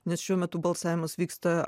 nes šiuo metu balsavimas vyksta